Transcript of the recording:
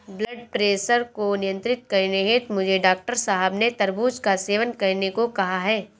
blood pressure को नियंत्रित करने हेतु मुझे डॉक्टर साहब ने तरबूज का सेवन करने को कहा है